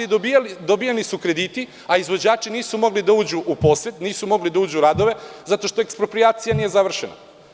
Dobijani su krediti, a izvođači nisu mogli da uđu u posed, nisu mogli da uđu u radove zato što eksproprijacija nije završena.